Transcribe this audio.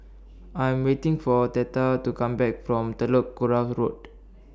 I Am waiting For Theta to Come Back from Telok Kurau Road